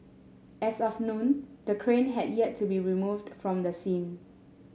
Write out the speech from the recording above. as of noon the crane had yet to be removed from the scene